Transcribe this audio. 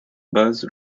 base